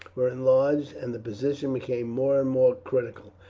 were enlarged, and the position became more and more critical.